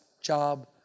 job